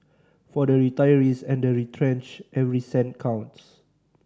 for the retirees and the retrenched every cent counts